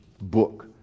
book